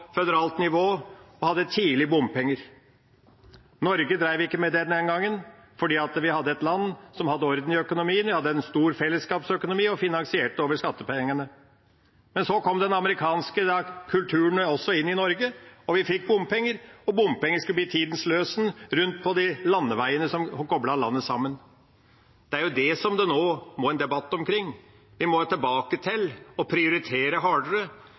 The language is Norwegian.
føderalt nivå og hadde tidlig bompenger. Norge drev ikke med det den gangen, for vi var et land som hadde orden i økonomien og en stor fellesskapsøkonomi og finansierte det med skattepengene. Men så kom den amerikanske kulturen også til Norge, og vi fikk bompenger, og de skulle bli tidas løsen rundt omkring på de landeveiene som koblet landet sammen. Det er dette som det må bli en debatt om. Vi må tilbake til å prioritere hardere